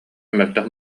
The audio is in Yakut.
мөлтөх